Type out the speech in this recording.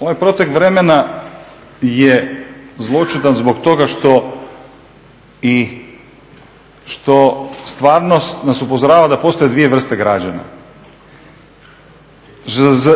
ovaj protek vremena je zloćudan zbog toga što stvarnost nas upozorava da postoje dvije vrste građana.